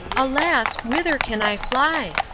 alas, whither can i fly?